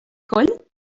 coll